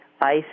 ice